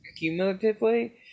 Cumulatively